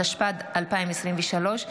התשפ"ד 2023,